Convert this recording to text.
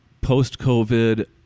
Post-COVID